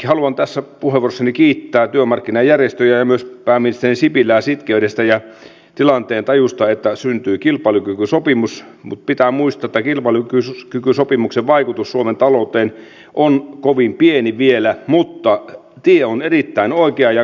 haluan tässä puheenvuorossani kiittää työmarkkinajärjestöjä ja myöskin pääministeri sipilää sitkeydestä ja tilannetajusta että syntyi kilpailukykysopimus mutta pitää muistaa että kilpailukykysopimuksen vaikutus suomen talouteen on kovin pieni vielä mutta tie on erittäin oikea ja kannatettava